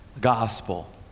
Gospel